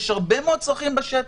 אנחנו מגלים שיש הרבה מאוד צרכים בשטח.